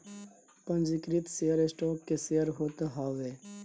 पंजीकृत share stock के share होत हवे